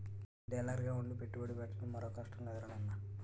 డీలర్గా ఉండి పెట్టుబడి పెట్టడం మరో కష్టం లేదురా నాన్నా